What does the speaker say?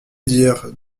dire